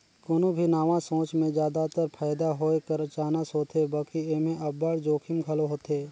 कोनो भी नावा सोंच में जादातर फयदा होए कर चानस होथे बकि एम्हें अब्बड़ जोखिम घलो होथे